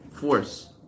force